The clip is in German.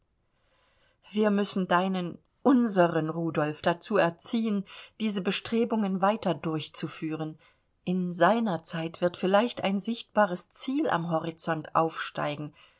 wir müssen deinen unseren rudolf dazu erziehen diese bestrebungen weiter durchzuführen in seiner zeit wird vielleicht ein sichtbares ziel am horizont aufsteigen